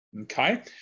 Okay